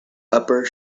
upper